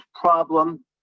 problem